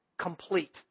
Complete